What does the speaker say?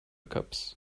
cups